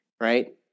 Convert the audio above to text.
right